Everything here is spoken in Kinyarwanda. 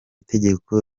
tegeko